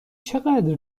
چقدر